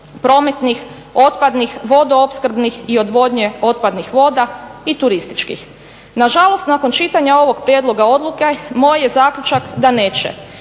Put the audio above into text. prometnih, otpadnih, vodo opskrbnih i odvodnje otpadnih voda i turističkih. Nažalost nakon čitanja ovog prijedloga odluke moj je zaključak da neće.